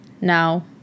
now